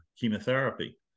chemotherapy